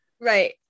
Right